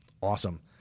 Awesome